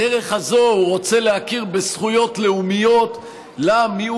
בדרך הזאת הוא רוצה להכיר בזכויות לאומיות למיעוט,